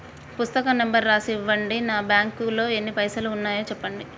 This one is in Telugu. పుస్తకం నెంబరు రాసి ఇవ్వండి? నా బ్యాంకు లో ఎన్ని పైసలు ఉన్నాయో చెప్పండి?